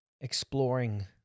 exploring